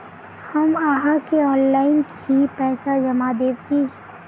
हम आहाँ के ऑनलाइन ही पैसा जमा देब की?